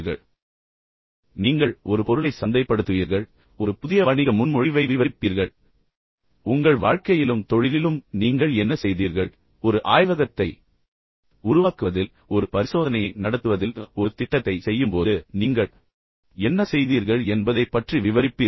இப்போது பெரும்பாலான நேரங்களில் நீங்கள் ஒரு பொருளை சந்தைப்படுத்துவீர்கள் அல்லது ஒரு புதிய வணிக முன்மொழிவை விவரிப்பீர்கள் அல்லது உங்கள் வாழ்க்கையிலும் தொழிலிலும் நீங்கள் என்ன செய்தீர்கள் ஒரு ஆய்வகத்தை உருவாக்குவதில் நீங்கள் என்ன செய்தீர்கள் ஒரு பரிசோதனையை நடத்துவதில் நீங்கள் என்ன செய்தீர்கள் ஒரு திட்டத்தை செய்யும்போது நீங்கள் என்ன செய்தீர்கள் என்பதைப் பற்றி ஏதாவது விவரிப்பீர்கள்